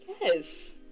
Yes